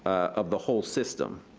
of the whole system.